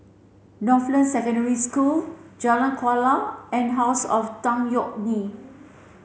Northland Secondary School Jalan Kuala and House of Tan Yeok Nee